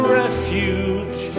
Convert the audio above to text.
refuge